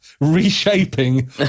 reshaping